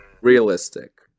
Realistic